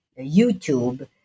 YouTube